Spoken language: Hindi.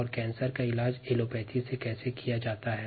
और कैंसर का इलाज एलोपैथी से कैसे किया जाता है